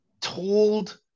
told